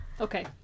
Okay